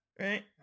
Right